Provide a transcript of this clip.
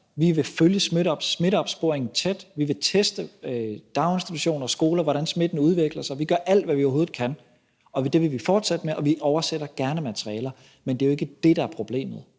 vi vil følge smitteopsporingen tæt, vi vil teste på daginstitutioner og skoler og se, hvordan smitten udvikler sig. Vi gør alt, hvad vi overhovedet kan, og det vil vi fortsætte med, og vi oversætter gerne materiale, men det er jo ikke det, der er problemet.